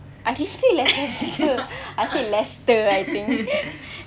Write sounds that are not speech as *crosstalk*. I can see leicester I said lester I think *laughs*